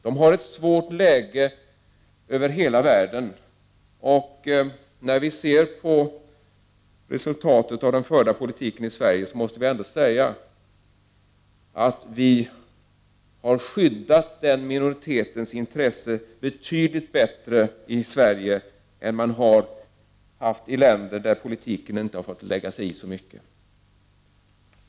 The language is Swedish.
De har ett svårt läge över hela världen, och när vi ser på resultatet av den förda politiken i Sverige måste vi ändå säga att vi har skyddat den minoritetens intresse betydligt bättre i Sverige än man har gjort i länder där politiken inte fått lägga sig i så mycket.